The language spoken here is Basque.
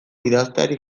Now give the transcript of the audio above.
idazteari